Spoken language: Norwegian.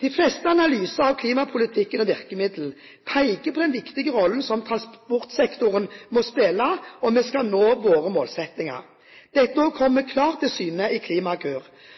De fleste analyser av klimapolitikk og virkemidler peker på den viktige rollen som transportsektoren må spille om vi skal nå våre målsettinger. Dette kommer